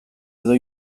edo